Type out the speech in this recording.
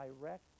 direct